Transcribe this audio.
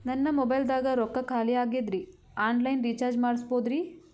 ನನ್ನ ಮೊಬೈಲದಾಗ ರೊಕ್ಕ ಖಾಲಿ ಆಗ್ಯದ್ರಿ ಆನ್ ಲೈನ್ ರೀಚಾರ್ಜ್ ಮಾಡಸ್ಬೋದ್ರಿ?